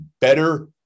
better